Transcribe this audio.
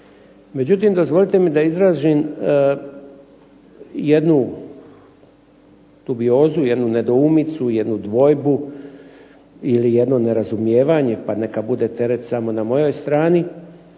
Međutim, dozvolite mi da izrazim jednu dubiozu, jednu nedoumicu, jednu dvojbu ili jedno nerazumijevanje pa neka bude teret samo na mojoj strani,